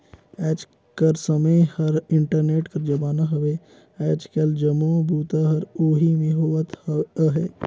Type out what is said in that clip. आएज कर समें हर इंटरनेट कर जमाना हवे आएज काएल जम्मो बूता हर ओही में होवत अहे